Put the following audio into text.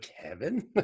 Kevin